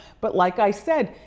but like i said,